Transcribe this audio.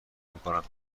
میکنم